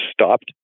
stopped